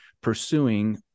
pursuing